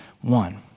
one